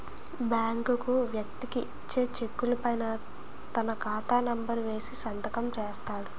బ్యాంకులు వ్యక్తికి ఇచ్చే చెక్కుల పైన తన ఖాతా నెంబర్ వేసి సంతకం చేస్తాడు